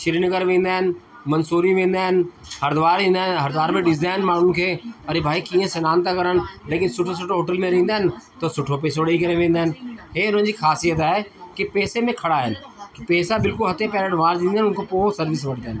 श्री नगर वेंदा आहिनि मंसूरी वेंदा आहिनि हरिद्वार ईंदा आहिनि हरिद्वार बि ॾिसंदा आहिनि माण्हूनि खे अरे भाई कीअं स्नानु था करण जेकी सुठो सुठो होटल में रहंदा आहिनि त सुठो पैसो ॾेई करे वेंदा आहिनि हे हुननि जी ख़ासियतु आहे की पैसे में खरा आहिनि पैसा बिल्कुलु हथ पे एडवांस ॾींदा आहिनि उनखां पोइ सर्विस वठदा आहिनि